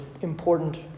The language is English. important